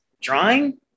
drawing